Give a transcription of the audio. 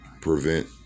prevent